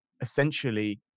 essentially